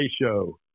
Show